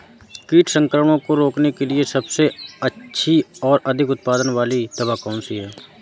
कीट संक्रमण को रोकने के लिए सबसे अच्छी और अधिक उत्पाद वाली दवा कौन सी है?